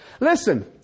Listen